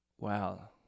Wow